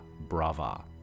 brava